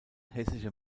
hessische